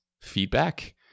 feedback